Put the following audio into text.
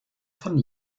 von